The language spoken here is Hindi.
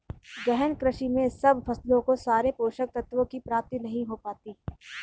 गहन कृषि में सब फसलों को सारे पोषक तत्वों की प्राप्ति नहीं हो पाती